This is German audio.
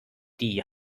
die